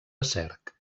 cerc